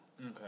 okay